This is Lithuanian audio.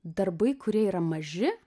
darbai kurie yra maži